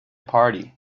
party